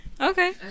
Okay